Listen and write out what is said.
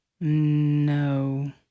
No